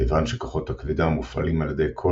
כיוון שכוחות הכבידה המופעלים על ידי כל